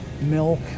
milk